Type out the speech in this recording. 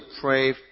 pray